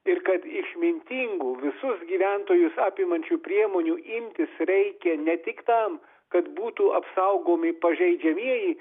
ir kad išmintingų visus gyventojus apimančių priemonių imtis reikia ne tik tam kad būtų apsaugomi pažeidžiamieji